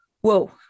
whoa